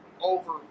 over